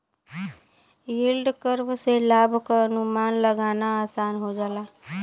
yield curve से लाभ क अनुमान लगाना आसान हो जाला